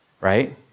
right